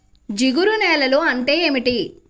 జిగురు నేలలు అంటే ఏమిటీ?